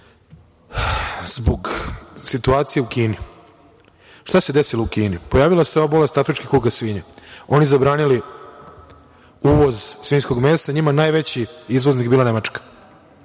zbog situacije u Kini. Šta se desilo u Kini? Pojavila se ova bolest afrička kuga svinja. Oni zabranili uvoz svinjskog mesa, njima najveći izvoznik je bila Nemačka.